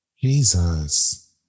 jesus